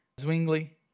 Zwingli